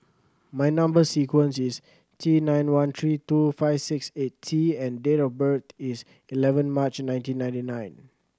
my number sequence is T nine one three two five six eight T and date of birth is eleven March nineteen ninety nine